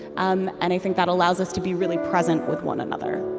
um and i think that allows us to be really present with one another